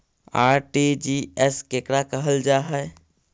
RTGS केकरा कहल जा है?